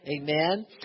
amen